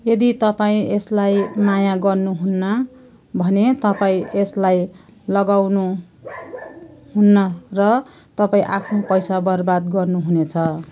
यदि तपाईँँ यसलाई माया गर्नुहुन्न भने तपाईँँ यसलाई लगाउनुहुन्न र तपाईँँ आफ्नो पैसा बर्बाद गर्नुहुनेछ